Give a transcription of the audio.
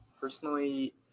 Personally